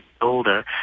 older